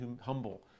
humble